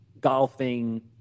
golfing